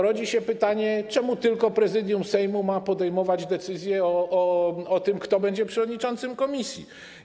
Rodzi się pytanie, czemu tylko Prezydium Sejmu ma podejmować decyzję o tym, kto będzie przewodniczącym komisji.